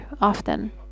often